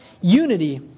unity